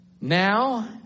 Now